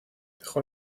dejó